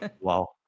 Wow